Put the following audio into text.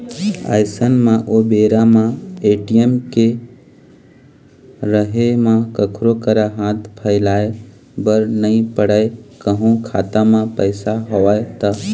अइसन म ओ बेरा म ए.टी.एम के रहें म कखरो करा हाथ फइलाय बर नइ पड़य कहूँ खाता म पइसा हवय त